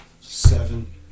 seven